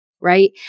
Right